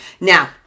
Now